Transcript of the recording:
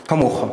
כמוך,